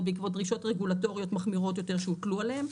בעקבות דרישות רגולטוריות מחמירות יותר שהוטלו עליהם,